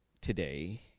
today